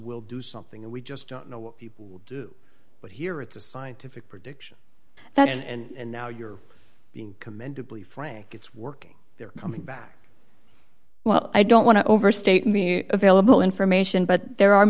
ill do something and we just don't know what people do but here it's a scientific prediction that's and now you're being commendably frank it's working they're coming back well i don't want to overstate me available information but there are